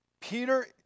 Peter